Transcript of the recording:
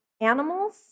animals